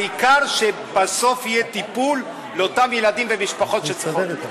העיקר שבסוף יהיה טיפול לאותם ילדים ומשפחות שצריכות.